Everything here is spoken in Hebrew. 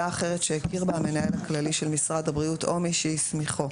אחרת שהכיר בה המנהל הכללי של משרד הבריאות או מי שהוא הסמיכו,